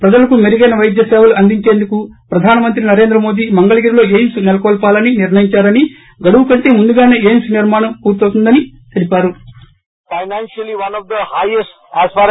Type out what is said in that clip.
ప్రజలకు మెరుగైన వైద్య సేవలు అందించేందుకు ప్రధానమంత్రి నరేంద్ర మోదీ మంగళగిరిలో ఎయిమ్స్ నెలకొల్సాలని నిర్ణయిందారని గడువు కంటే ముందుగాసే ఎయిమ్స్ నిర్మాణం పూర్తవుతుందని తెలిపారు